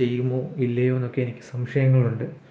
ചെയ്യുമോ ഇല്ലയോ എന്നൊക്കെ എനിക്ക് സംശയങ്ങളുണ്ട്